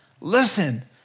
Listen